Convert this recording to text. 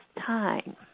time